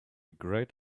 great